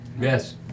Yes